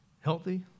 healthy